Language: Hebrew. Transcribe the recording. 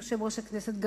יושב-ראש הכנסת,